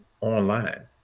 online